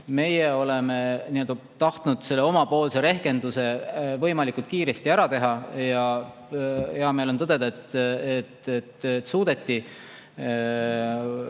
oleme tahtnud selle omapoolse rehkenduse võimalikult kiiresti ära teha ja hea meel on tõdeda, et